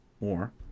more